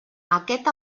aquest